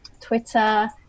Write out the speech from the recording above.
Twitter